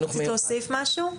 את רוצה להוסיף משהו?